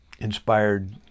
inspired